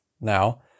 now